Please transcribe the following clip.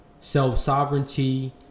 self-sovereignty